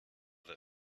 that